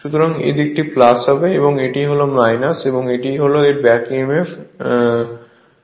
সুতরাং এই দিকটি হবে এবং এটি হল এবং এটি ব্যাক emf Eb